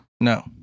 No